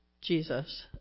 Jesus